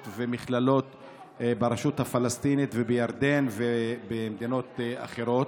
ומכללות ברשות הפלסטינית ובירדן ובמדינות אחרות.